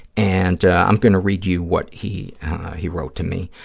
and i'm going to read you what he he wrote to me.